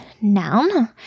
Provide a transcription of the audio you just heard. noun